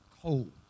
cold